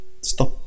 stop